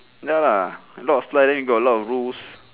ya lah a lot of slide then got a lot of rules